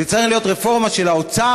זו צריכה להיות רפורמה של האוצר,